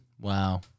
Wow